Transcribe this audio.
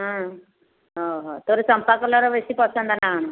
ହଁ ହଉ ହଉ ତୋର ଚମ୍ପା କଲର୍ ବେଶୀ ପସନ୍ଦ ନା